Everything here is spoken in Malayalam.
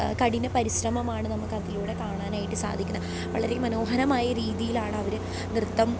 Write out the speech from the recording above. കഠിന പരിശ്രമമാണ് നമുക്കതിലൂടെ കാണാനായിട്ട് സാധിക്കുന്നത് വളരെ മനോഹരമായ രീതിയിലാണ് അവർ നൃത്തം